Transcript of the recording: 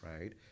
right